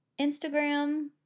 Instagram